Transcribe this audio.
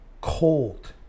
cold